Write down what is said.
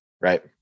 Right